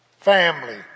Family